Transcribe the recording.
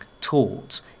taught